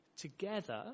together